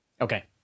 Okay